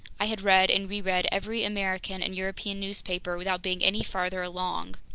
i had read and reread every american and european newspaper without being any farther along.